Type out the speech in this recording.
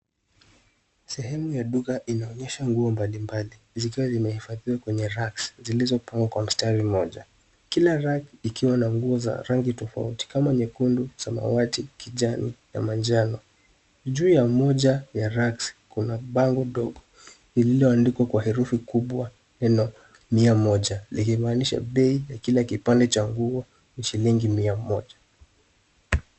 Sehemu ya duka inaoneysha nguo mbalimbali zikiwa zimehifadhiwa kwenye racks zilizopangwa kwa mstari mmoja. Kila rack ikiwa na nguo za rangi tofauti kama nyekundu, samawati, kijani na manjano. Juu ya moja ya racks kuna bango dogo iliyoandikwa herufi kubwa neno mia mmoja, likimaanisha bei ya kila kipande cha nguo ni shilingi mia moja.